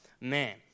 man